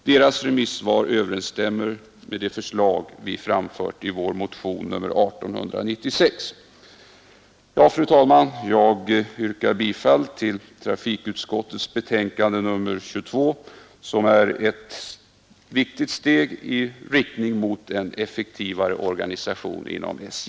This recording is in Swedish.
Deras remissvar överensstämmer med de förslag vi framfört i vår motion nr 1896. Fru talman! Jag ber att få yrka bifall till trafikutskottets betänkande nr 22, som är ett viktigt steg i riktning mot en effektivare organisation inom SJ.